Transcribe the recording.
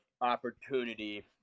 opportunity